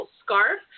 scarf